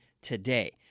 today